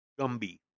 Gumby